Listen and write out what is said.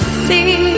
see